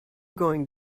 going